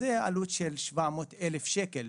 זו עלות של 700 אלף שקל.